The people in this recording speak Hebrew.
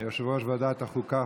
תודה רבה ליושב-ראש ועדת חוקה,